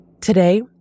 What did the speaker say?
Today